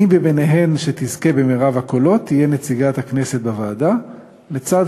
מי מביניהן שתזכה ברוב הקולות תהיה נציגת הכנסת בוועדה לצד